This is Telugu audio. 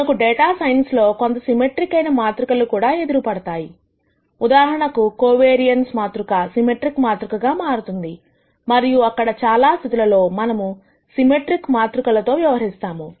మనకు డేటా సైన్స్ లో కొంత సిమెట్రిక్ అయిన మాతృకలు కూడా ఎదురు పడతాయిఉదాహరణకు కు కోవారియన్స్ మాతృక సిమెట్రిక్ మాతృక గా మారుతుంది మరియు అక్కడ చాలా స్థితులలో మనము సిమెట్రిక్ మాతృకలతో వ్యవహరిస్తాము